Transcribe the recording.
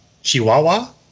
Chihuahua